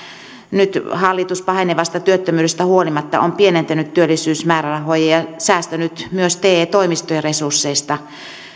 nyt hallitus pahenevasta työttömyydestä huolimatta on pienentänyt työllisyysmäärärahoja ja säästänyt myös te toimistojen resursseista